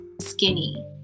skinny